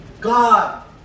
God